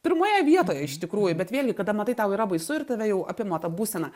pirmoje vietoje iš tikrųjų bet vėlgi kada matai tau yra baisu ir tave jau apima ta būsena